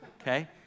okay